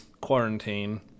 quarantine